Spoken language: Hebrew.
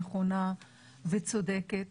נכונה וצודקת